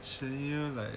so you like